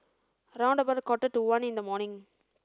round about a quarter to one in the morning